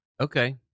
okay